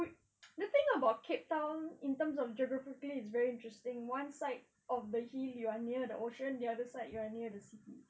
the thing about cape town in terms of geographically is very interesting one side of the hill you are near the ocean the other side you are near the city